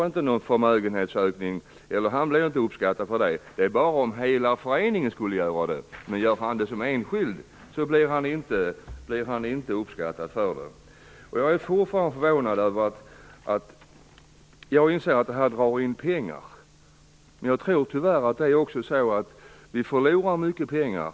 Bostadsrättsinnehavaren får inte mera skatt för det. Det är bara om hela föreningen gör det här köpet som det gäller. En enskild bostadsrättsinnehavare däremot får alltså inte mera skatt. Jag inser behovet av att dra in pengar, men vi förlorar, tyvärr, också mycket pengar.